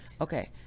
okay